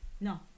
no